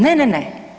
Ne, ne, ne.